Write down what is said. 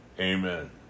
amen